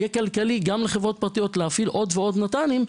יהיה כדאי כלכלית גם לחברות פרטיות להפעיל עוד ועוד ניידות טיפול נמרץ,